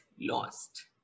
lost